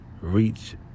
reach